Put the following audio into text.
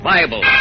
Bible